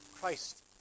Christ